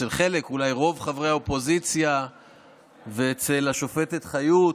אצל חלק ואולי רוב חברי האופוזיציה ואצל השופטת חיות,